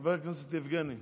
חבר הכנסת יבגני סובה,